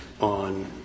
on